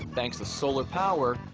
thanks to solar power,